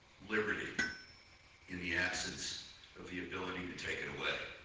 liberty in the absence of the ability to take it away,